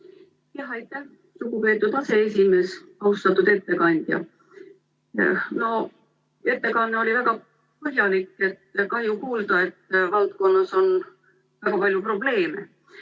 Aitäh, lugupeetud aseesimees! Austatud ettekandja! Ettekanne oli väga põhjalik. Kahju kuulda, et valdkonnas on väga palju probleeme.